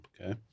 Okay